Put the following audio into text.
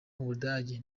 budage